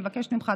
אני מבקשת ממך,